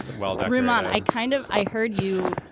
well, every man. i kind of. i heard you.